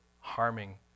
harming